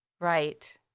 Right